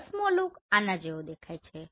દસમો લૂક આના જેવો દેખાય છે